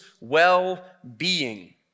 well-being